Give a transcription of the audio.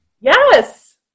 Yes